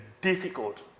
difficult